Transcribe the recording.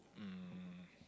um